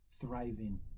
thriving